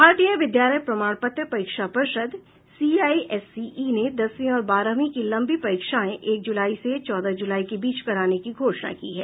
भारतीय विद्यालय प्रमाणपत्र परीक्षा परिषद सीआईएससीई ने दसवीं और बारहवीं की लंबी परीक्षाएं एक जुलाई से चौदह जुलाई के बीच कराने की घोषणा की है